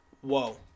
Whoa